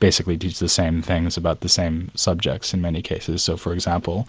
basically teach the same things about the same subjects, in many cases. so for example,